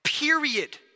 period